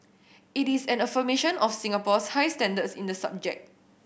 it is an affirmation of Singapore's high standards in the subject